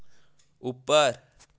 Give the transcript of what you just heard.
ऊपर